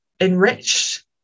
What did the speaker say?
enriched